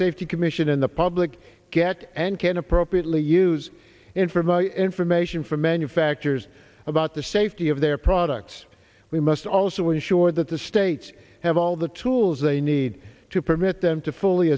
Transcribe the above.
safety commission in the public get and can appropriately use in for my information from manufacturers about the safety of their products we must also ensure that the states have all the tools they need to permit them to fully